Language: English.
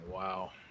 Wow